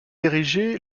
érigée